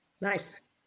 Nice